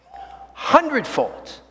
hundredfold